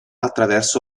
attraverso